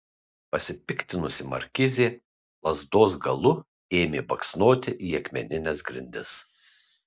pasipiktinusi markizė lazdos galu ėmė baksnoti į akmenines grindis